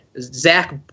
Zach